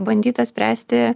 bandyta spręsti